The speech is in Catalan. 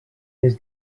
les